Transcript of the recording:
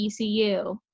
ECU